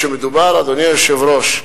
אדוני היושב-ראש,